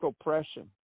oppression